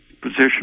position